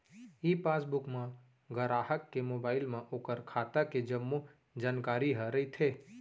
ई passbook म गराहक के मोबाइल म ओकर खाता के जम्मो जानकारी ह रइथे